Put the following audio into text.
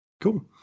Cool